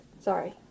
Sorry